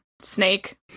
Snake